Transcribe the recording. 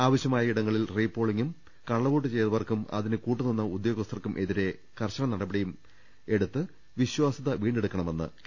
ആവശ്യമായിടങ്ങളിൽ റീപോളിംഗും കള്ളവോ ട്ടു ചെയ്തവർക്കും അതിനു കൂട്ടുനിന്ന ഉദ്യോഗസ്ഥർക്കെതിരെയും കർശന നടപടിയെടുത്ത് വിശ്വാസ്യത വീണ്ടെടുക്കണമെന്നും കെ